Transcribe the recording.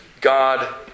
God